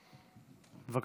בבקשה.